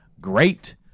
great